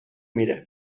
میره